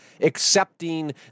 accepting